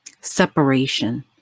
separation